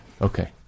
Okay